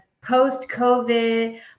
post-COVID